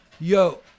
yo